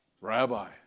Rabbi